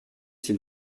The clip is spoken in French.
s’il